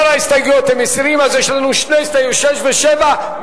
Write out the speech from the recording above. אז יש לנו שתי הסתייגויות, 6 ו-7.